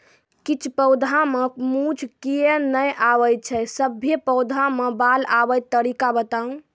किछ पौधा मे मूँछ किये नै आबै छै, सभे पौधा मे बाल आबे तरीका बताऊ?